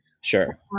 Sure